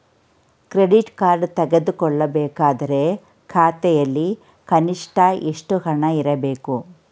Credit card ತೆಗೆದುಕೊಳ್ಳಬೇಕಾದರೆ ಖಾತೆಯಲ್ಲಿ ಕನಿಷ್ಠ ಎಷ್ಟು ಹಣ ಇರಬೇಕು?